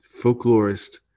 Folklorist